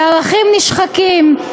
בערכים נשחקים,